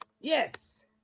Yes